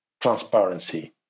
transparency